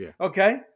Okay